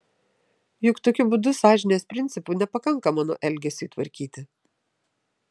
juk tokiu būdu sąžinės principų nepakanka mano elgesiui tvarkyti